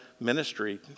ministry